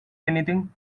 anything